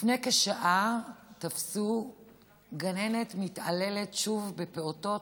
לפני כשעה שוב תפסו גננת מתעללת בפעוטות,